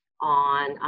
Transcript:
on